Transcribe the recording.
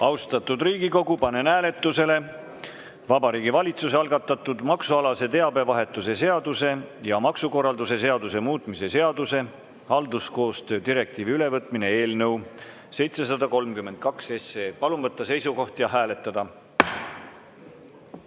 juurde. Austatud Riigikogu, panen hääletusele Vabariigi Valitsuse algatatud maksualase teabevahetuse seaduse ja maksukorralduse seaduse muutmise seaduse (halduskoostöö direktiivi ülevõtmine) eelnõu 732. Palun võtta seisukoht ja hääletada!